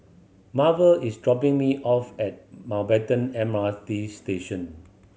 Marvel is dropping me off at Maubatten M R T Station